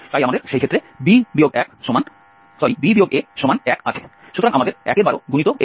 তাই আমাদের সেই ক্ষেত্রে b a 1 আছে সুতরাং আমাদের 112h2827 আছে